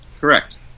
Correct